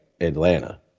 Atlanta